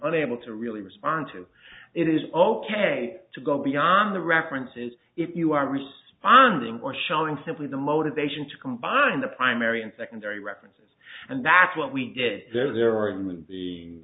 unable to really respond to it is ok to go beyond the references if you are responding or showing simply the motivation to combine the primary and secondary references and that's what we did there the